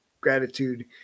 gratitude